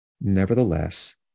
Nevertheless